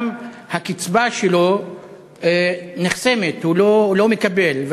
גם הקצבה שלו נחסמת, הוא לא מקבל אותה.